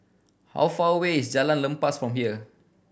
how far away is Jalan Lepas from here